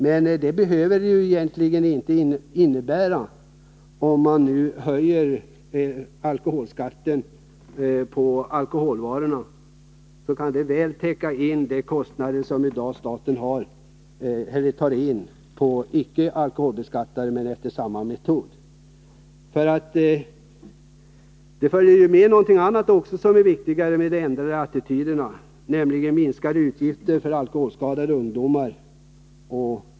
Men det behöver den inte innebära. Om man höjer skatten på alkoholvarorna så kan det väl täcka bortfallet av de inkomster som staten i dag tar in på icke alkoholhaltiga drycker som beskattas efter samma metod. Med ändrade attityder på det här området följer också någonting annat — minskade utgifter för alkoholskadade ungdomar.